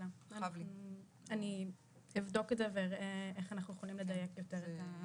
אני אבדוק את זה ואראה איך אנחנו יכולים לדייק יותר.